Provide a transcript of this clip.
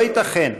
לא ייתכן,